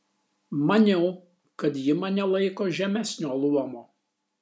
maniau kad ji mane laiko žemesnio luomo